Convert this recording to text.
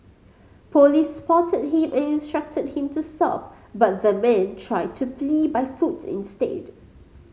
police spotted him and instructed him to stop but the man tried to flee by foot instead